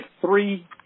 three